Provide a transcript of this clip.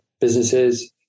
businesses